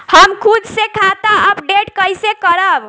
हम खुद से खाता अपडेट कइसे करब?